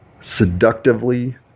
seductively